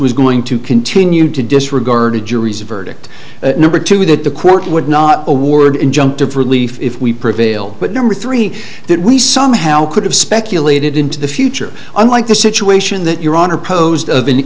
was going to continue to disregard the jury's verdict number two that the court would not award injunctive relief if we prevail but number three that we somehow could have speculated into the future unlike the situation that your honor posed of an